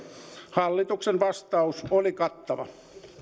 hallituksen vastaus oli kattava